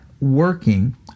working